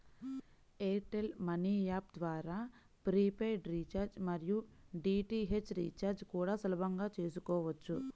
air tell money app ద్వారా prepaid recharge మరియు DTH recharge కూడా సులభంగా చేసుకోవచ్చు